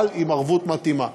אבל עם ערבות מתאימה.